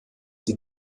die